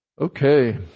Okay